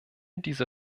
diese